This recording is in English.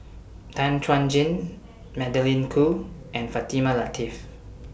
Tan Chuan Jin Magdalene Khoo and Fatimah Lateef